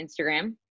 Instagram